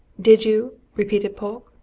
did you? repeated polke.